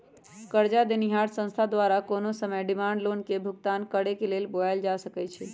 करजा देनिहार संस्था द्वारा कोनो समय डिमांड लोन के भुगतान करेक लेल बोलायल जा सकइ छइ